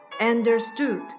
Understood